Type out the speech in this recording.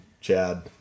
Chad